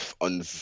on